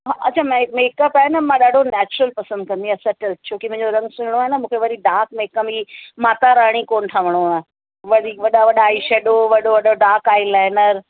अछा मे makeup आहे न मां ॾाढो नैचरल पसंदि कंदी आहियां सेटल छो की मुंहिंजो रंगु सुहिणो आहे न मूंखे वरी डार्क मेक अप ही माता राणी कोन ठहणो आहे वधीक वॾा वॾा आई शेडो वॾो वॾो डार्क आई लाइनर